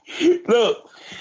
Look